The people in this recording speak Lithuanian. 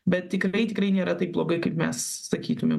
bet tikrai tikrai nėra taip blogai kaip mes sakytumėm